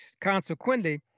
consequently